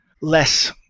less